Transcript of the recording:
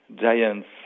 giants